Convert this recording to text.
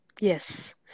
Yes